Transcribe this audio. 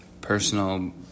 Personal